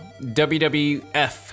wwf